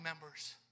members